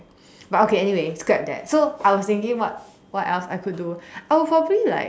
but okay anyway scrap that so I was thinking what what else I could do I will probably like